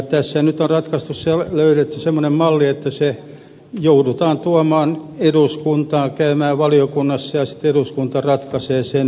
tässä nyt on löydetty semmoinen malli että joudutaan tuomaan se eduskuntaan käymään valiokunnassa ja sitten eduskunta ratkaisee sen